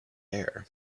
air